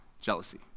jealousy